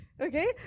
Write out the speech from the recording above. Okay